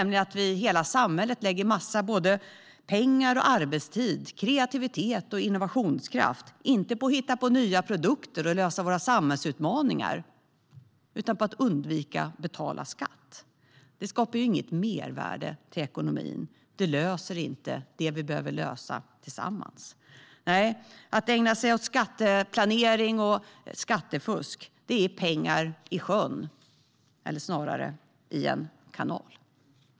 I hela samhället lägger vi massor av såväl pengar som arbetstid, kreativitet och innovationskraft inte på att hitta på nya produkter och lösa samhällsutmaningar utan på att undvika att betala skatt. Det skapar inget mervärde i ekonomin. Det löser inte det vi behöver lösa tillsammans. Att ägna sig åt skatteplanering och skattefusk är pengar i sjön, eller snarare i en kanal.